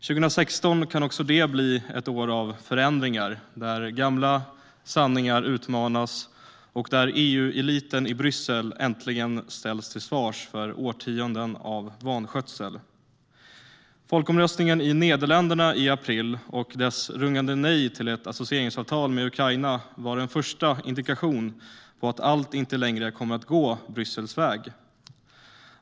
Också 2016 kan bli ett år av förändringar där gamla sanningar utmanas och där EU-eliten i Bryssel äntligen ställs till svars för årtionden av vanskötsel. Folkomröstningen i Nederländerna i april och dess rungande nej till ett associeringsavtal med Ukraina var den första indikationen på att allt inte längre kommer att gå Bryssels väg.